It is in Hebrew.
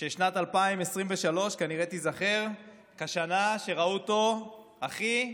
ששנת 2023 כנראה תיזכר כשנה שבה ראו אותו הכי פחות.